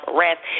rest